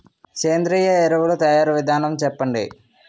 సేంద్రీయ ఎరువుల తయారీ విధానం చెప్పండి?